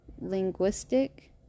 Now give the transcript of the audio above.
linguistic